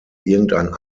irgendein